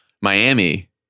Miami